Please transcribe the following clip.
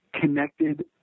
connected